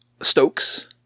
Stokes